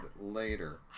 later